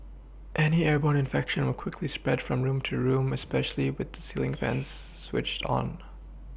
any airborne infection would quickly spread from room to room especially with the ceiling fans switched on